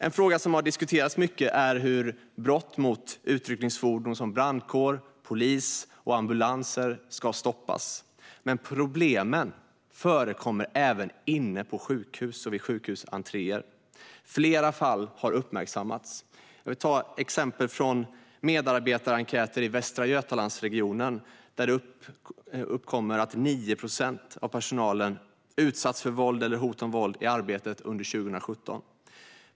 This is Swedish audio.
En fråga som har diskuterats mycket är hur brott mot utryckningsfordon såsom brandkår, polis och ambulans ska stoppas. Men problemen förekommer även inne på sjukhus och vid sjukhusentréer. Flera fall har uppmärksammats. Som exempel kan nämnas en medarbetarenkät i Västra Götalandsregionen. Av personalen är det 9 procent som har utsatts för våld eller hot om våld i arbetet under 2017.